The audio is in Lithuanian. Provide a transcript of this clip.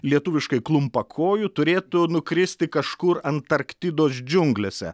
lietuviškai klumpakoju turėtų nukristi kažkur antarktidos džiunglėse